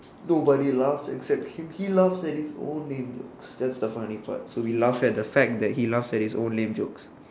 nobody laughs except him he laughs at his own lame jokes that's the funny part so we laugh at the fact that he laughs at his lame jokes